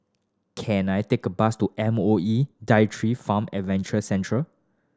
can I take a bus to M O E Daitri Farm Adventure Centre